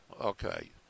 Okay